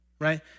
right